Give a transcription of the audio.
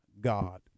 God